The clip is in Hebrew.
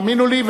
האמינו לי,